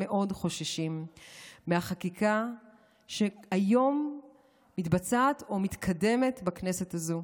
מאוד חוששים מהחקיקה שהיום מתבצעת או מתקדמת בכנסת הזו.